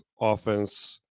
offense